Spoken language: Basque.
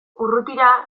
urrutira